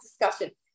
discussion